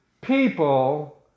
people